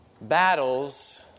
battles